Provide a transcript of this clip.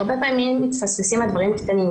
הרבה פעמים מתפספסים הדברים הקטנים.